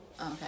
Okay